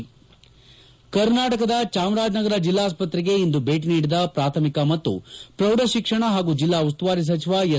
head ಕರ್ನಾಟಕದ ಚಾಮರಾಜನಗರ ಜಿಲ್ಲಾಸ್ತತೆಗೆ ಇಂದು ಭೇಟಿ ನೀಡಿದ ಪ್ರಾಥಮಿಕ ಮತ್ತು ಪ್ರೌಢ ಶಿಕ್ಷಣ ಹಾಗೂ ಜಿಲ್ಲಾ ಉಸ್ತುವಾರಿ ಸಚಿವ ಎಸ್